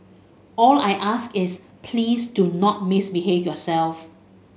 all I ask is please do not misbehave yourself